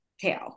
tail